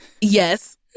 Yes